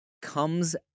comes